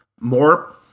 More